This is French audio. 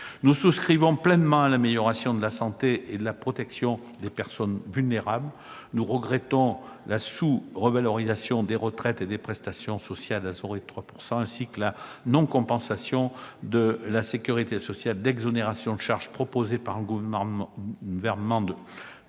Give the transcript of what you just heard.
Nous souscrivons pleinement à l'amélioration de la santé et de la protection des personnes vulnérables. Nous regrettons la sous-revalorisation des retraites et des prestations famille, de 0,3 %, ainsi que la non-compensation de la sécurité sociale d'exonérations de charges proposées par le Gouvernement,